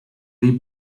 dir